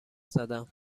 زدم